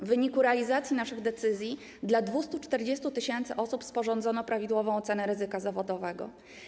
W wyniku realizacji naszych decyzji dla 240 tys. osób sporządzono prawidłową ocenę ryzyka zawodowego.